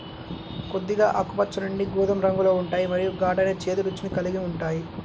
కొద్దిగా ఆకుపచ్చ నుండి గోధుమ రంగులో ఉంటాయి మరియు ఘాటైన, చేదు రుచిని కలిగి ఉంటాయి